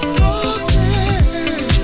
walking